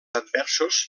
adversos